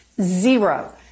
Zero